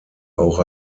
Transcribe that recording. auch